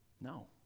No